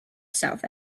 south